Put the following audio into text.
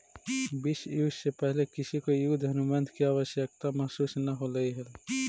विश्व युद्ध से पहले किसी को युद्ध अनुबंध की आवश्यकता महसूस न होलई हल